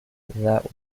that